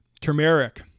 turmeric